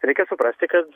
reikia suprasti kad